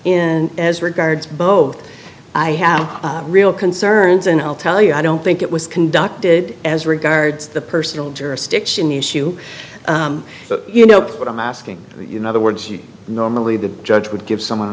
and as regards both i have real concerns and i'll tell you i don't think it was conducted as regards the personal jurisdiction issue but you know what i'm asking you know the words you normally the judge would give someone an